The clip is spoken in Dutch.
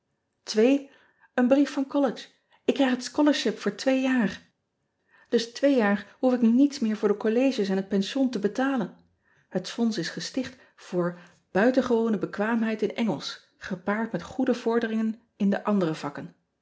en brief van ollege k krijg het scholarship voor twee jaar dus twee jaar hoef ik nu niets meer voor de colleges en het pension te betalen et fonds is gesticht voor uitengewone bekwaamheid in ngelsch gepaard met goede vorderingen in de andere vakken